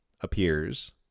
appears